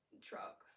truck